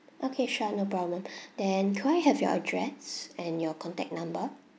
okay sure no problem then could I have your address and your contact number